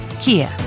Kia